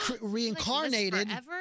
reincarnated